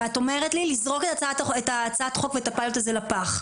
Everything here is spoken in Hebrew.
ואת אומרת לי לזרוק את הצעת החוק ואת הפיילוט הזה לפח.